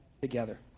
together